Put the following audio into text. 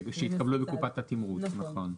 שהתקבלו בקופת התמרוץ, נכון.